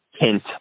hint